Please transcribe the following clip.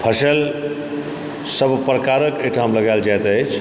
फसल सब प्रकारक एहिठाम लगाएल जाइत अछि